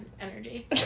energy